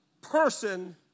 person